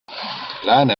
lääne